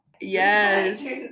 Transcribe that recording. yes